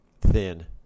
thin